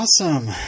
Awesome